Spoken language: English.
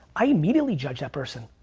i immediately judge that person.